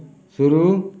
शुरू